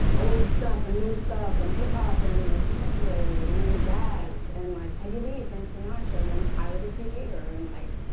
old stuff and new stuff and hip-hop and like contemporary and then jazz and like peggy lee, frank sinatra and then tyler the creator and, like,